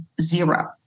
zero